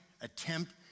attempt